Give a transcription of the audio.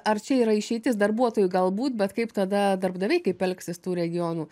ar čia yra išeitis darbuotojų gal būt bet kaip tada darbdaviai kaip elgsis tų regionų